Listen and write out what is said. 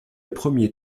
premier